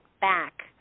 back